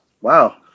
wow